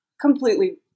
completely